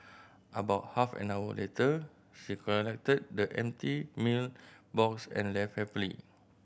about half an hour later she collected the empty meal box and left happily